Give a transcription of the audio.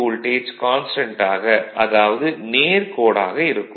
voltage constant ஆக அதாவது நேர் கோடாக இருக்கும்